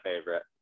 favorite